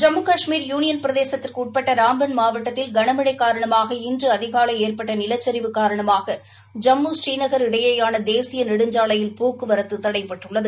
Jammu Kashmir union பிரதேசத்திற்கு உட்பட்ட ராம்பன் மாவட்டத்தில் களமழை காரணமாக இன்று அதிகாலை ஏற்பட்ட நிலச்சரிவு காரணமாக ஜம்மு நெடுஞ்சாலையில் போக்குவரத்து தடைபட்டுள்ளது